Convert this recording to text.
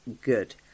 good